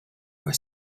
were